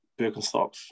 Birkenstocks